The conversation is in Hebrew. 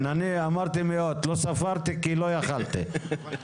לא ספרתי כי לא יכולתי לספור.